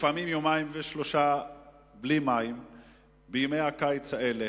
לפעמים יומיים ושלושה ימים בלי מים בימי הקיץ האלה.